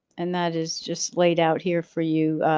and that is just laid out here for you.